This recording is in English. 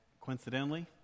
coincidentally